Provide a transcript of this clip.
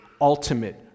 ultimate